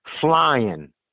flying